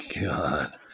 God